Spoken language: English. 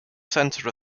centre